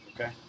Okay